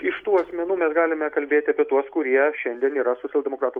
iš tų asmenų mes galime kalbėti apie tuos kurie šiandien yra socialdemokratų